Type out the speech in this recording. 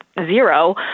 zero